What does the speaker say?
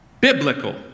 Biblical